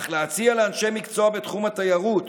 אך להציע לאנשי מקצוע בתחום התיירות